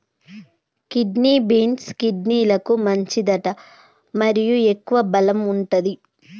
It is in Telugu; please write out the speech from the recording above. కిడ్నీ బీన్స్, కిడ్నీలకు మంచిదట మరియు ఎక్కువ బలం వుంటది